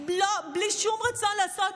בלי שום רצון לעשות,